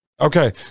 okay